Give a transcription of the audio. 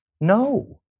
No